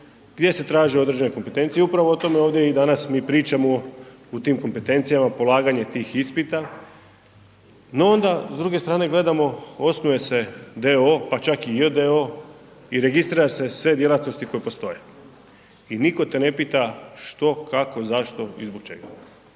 gdje se traže određene kompetencije i upravo o tome ovdje i danas mi pričamo o tim kompetencijama, polaganje tih ispita. No onda, s druge strane gledamo, osnuje se d.o.o., pa čak i j.d.o.o. i registrira se sve djelatnosti koje postoje. I nitko te ne pita što, kako, zašto i zbog čega.